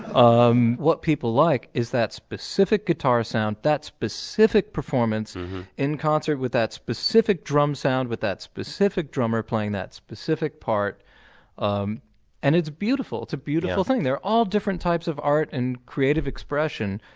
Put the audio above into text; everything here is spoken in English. um what people like is that specific guitar sound, that specific performance in concert with that specific drum sound, with that specific drummer playing that specific part um and it's beautiful. it's a beautiful thing. they're all different types of art and creative expression,